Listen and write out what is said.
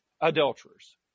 adulterers